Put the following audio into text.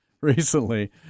recently